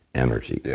energy. yeah